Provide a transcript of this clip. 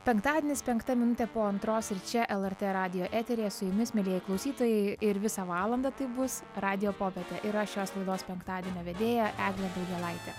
penktadienis penkta minutė po antros ir čia lrt radijo eteryje su jumis mielieji klausytojai ir visą valandą tai bus radijo popietė ir aš šios laidos penktadienio vedėja eglė daugėlaitė